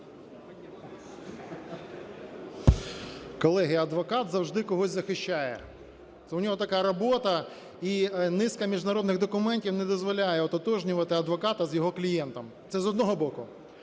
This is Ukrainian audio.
Колеги, адвокат завжди когось захищає, це у нього така робота, і низка міжнародних документів не дозволяє ототожнювати адвоката з його клієнтами. Це з одного боку.